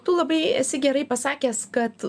tu labai esi gerai pasakęs kad